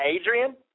Adrian